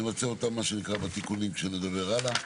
נבצע אותה, מה שנקרא, בתיקונים כשנדבר הלאה.